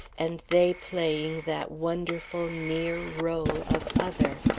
and they playing that wonderful, near role of other.